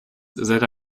that